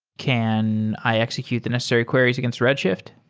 can i execute the necessary queries against redshift?